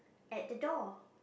at the door